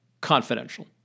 confidential